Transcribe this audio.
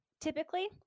Typically